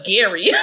Gary